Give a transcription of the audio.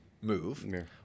move